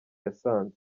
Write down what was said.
yasanze